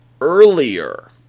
earlier